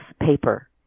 paper